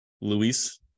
Luis